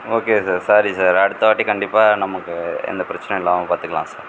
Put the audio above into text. okay sir sorry sir அடுத்த வாட்டி கண்டிப்பாக நமக்கு எந்த பிரச்சனை இல்லாமல் பார்த்துக்கலாம் சார்